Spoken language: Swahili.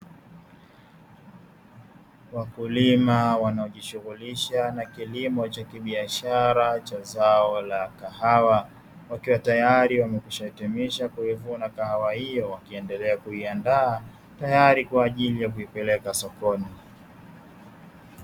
Wakulima wanaojishughulisha na kilimo cha kibiashara cha zao la kahawa wakiwa tayari wamekwisha hitimisha kuivuna kahawa hiyo wakiendelea kuiandaa tayari kwa ajili ya kuipeleka sokoni.